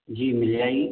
जी मिल जाएगी